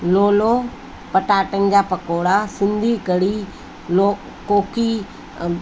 लोलो पटाटन जा पकोड़ा सिंधी कढ़ी लो कोकी